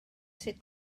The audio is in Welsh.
sut